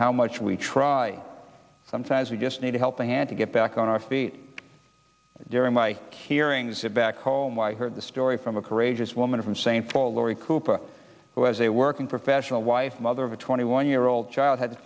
how much we try sometimes we just need a helping hand to get back on our feet during my hearings it back home i heard the story from a courageous woman from st paul lori cooper who has a working professional wife mother of a twenty one year old child had to